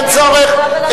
אין צורך.